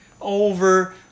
Over